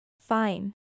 Fine